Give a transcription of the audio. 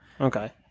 Okay